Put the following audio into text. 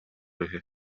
үһү